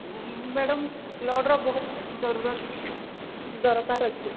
madam ବ୍ଲଡର ବହୁତ ଜରୁରତ ଦରକାର ଅଛି